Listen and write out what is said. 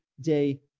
day